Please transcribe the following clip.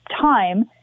time